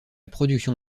production